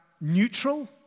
neutral